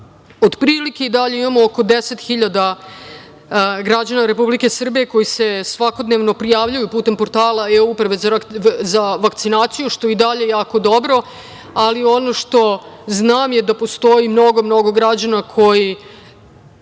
dan. Otprilike i dalje imamo oko 10.000 građana Republike Srbije koji se svakodnevno prijavljuju putem portala i e-uprave za vakcinaciju, što je i dalje jako dobro, ali ono što znam je da postoji mnogo, mnogo građana koji